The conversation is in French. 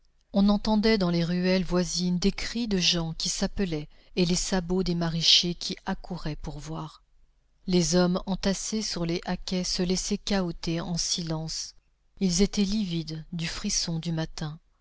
on entendait dans les ruelles voisines des cris de gens qui s'appelaient et les sabots des maraîchers qui accouraient pour voir les hommes entassés sur les haquets se laissaient cahoter en silence ils étaient livides du frisson du matin